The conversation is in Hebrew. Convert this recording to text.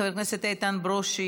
חבר הכנסת איתן ברושי,